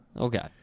okay